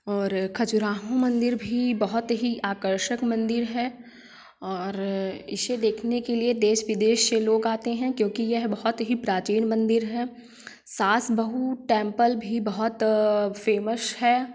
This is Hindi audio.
और खजुराहो मंदिर भी बहुत ही आकर्षक मंदिर है और इसे देखने के लिए देश विदेश से लोग आते हैं यह बहुत ही प्राचीन मंदिर है सास बहु टेम्पल भी बहुत फेमश है